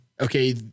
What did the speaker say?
okay